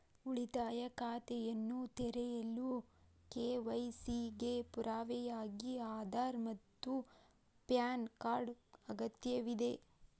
ಉಳಿತಾಯ ಖಾತೆಯನ್ನು ತೆರೆಯಲು ಕೆ.ವೈ.ಸಿ ಗೆ ಪುರಾವೆಯಾಗಿ ಆಧಾರ್ ಮತ್ತು ಪ್ಯಾನ್ ಕಾರ್ಡ್ ಅಗತ್ಯವಿದೆ